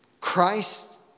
Christ